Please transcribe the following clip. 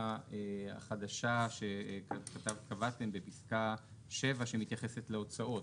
החדשה שקבעתם בפסקה (7) שמתייחסת להוצאות.